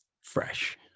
fresh